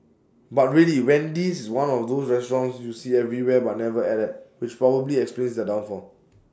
but really Wendy's is one of those restaurants you see everywhere but never ate at which probably explains their downfall